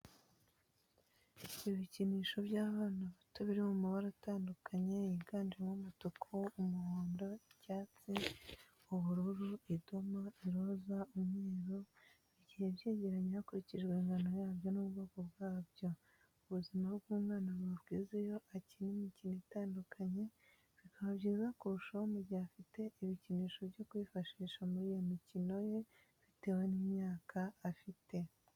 Ibikinisho by'abana bato biri mu mabara atandukanye yiganjemo umutuku, umuhondo, icyatsi, ubururu, idoma, iroza, umweru, bigiye byegeranye hakurikijwe ingano yabyo n'ubwoko bwabyo, ubuzima bw'umwana buba bwiza iyo akina imikino itandukanye, bikaba byiza kurushaho mu gihe afite ibikinisho byo kwifashisha muri iyo mikino ye bitewe n'imyaka afite.